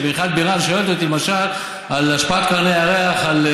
מיכל בירן שואלת אותי למשל על השפעת קרני הירח על,